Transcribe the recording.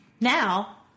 now